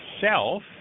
self